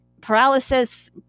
paralysis